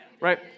Right